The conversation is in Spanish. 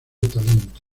talento